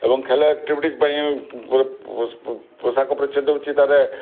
ଏବଂ ଖେଳ ଆକ୍ଟିଭିଟିଜ୍ ପାଇଁ ପୋଷାକ ପରିଚ୍ଛଦ ହେଉଛି ତା'ର